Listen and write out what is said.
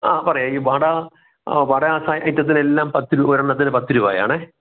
ആ പറയാം ഈ വട വട ആ ഐറ്റത്തിനെല്ലാം പത്ത് രൂപ ഒരെണ്ണത്തിന് പത്ത് രൂപയാണെ